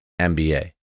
MBA